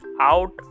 out